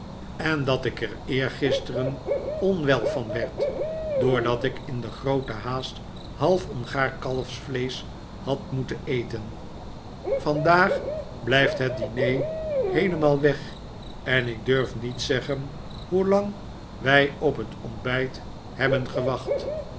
en dat ik er eergisteren onwel van werd doordat ik in groote haast half ongaar kalfsvleesch had moeten eten vandaag blijft het diner heelemaal weg en ik durf niet zeggen hoelang wij op het ontbijt hebben gewacht